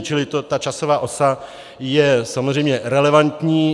Čili ta časová osa je samozřejmě relevantní.